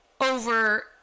over